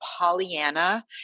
Pollyanna